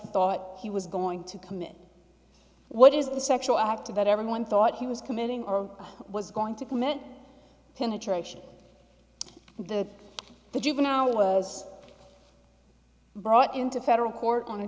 thought he was going to commit what is the sexual act about everyone thought he was committing or was going to commit penetration the the juvenile was brought into federal court on a